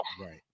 Right